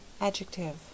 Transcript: adjective